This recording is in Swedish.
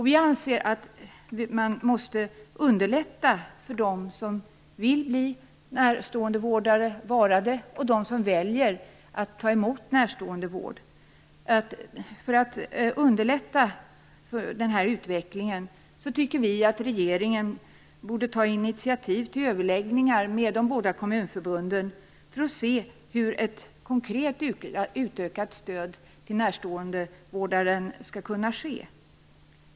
Vi anser att man måste underlätta för dem som vill bli närståendevårdare att vara det och för dem som väljer att ta emot närståendevård. I syfte att underlätta denna utveckling tycker vi att regeringen borde ta initiativ till överläggningar med de båda kommunförbunden för att se hur ett konkret utökat stöd till närståendevårdaren skall kunna se ut.